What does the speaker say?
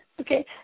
Okay